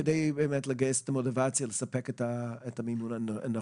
כדי לגייס את המוטיבציה לספק את המינון הנחוץ.